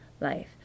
life